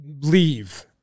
Leave